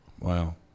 Wow